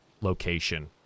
location